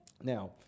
Now